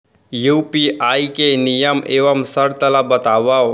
UPI के नियम एवं शर्त ला बतावव